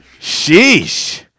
Sheesh